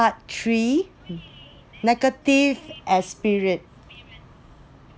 part three negative experience